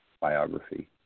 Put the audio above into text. biography